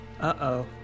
Uh-oh